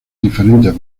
diferentes